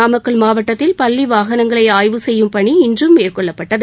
நாமக்கல் மாவட்டத்தில் பள்ளி வாகனங்களை ஆய்வு செய்யும் பணி இன்றும் மேற்கொள்ளப்பட்டது